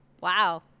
wow